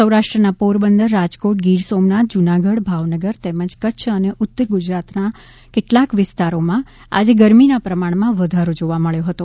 સૌરાષ્ટ્રના પોરબંદર રાજકોટ ગીર સોમનાથ જુનાગઢ ભાવનગર તેમજ કચ્છ અને ઉત્તર ગુજરાતનાં કેટલાક વિસ્તારોમાં આજે ગરમીના પ્રમાણમાં વધારો જોવા મબ્યો હતો